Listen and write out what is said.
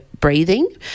breathing